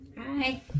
Hi